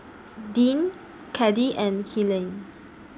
Dean Caddie and Helaine